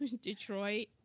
Detroit